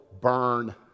burn